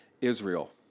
Israel